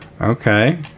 Okay